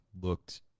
looked